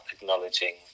acknowledging